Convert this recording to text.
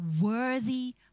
worthy